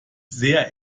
sehr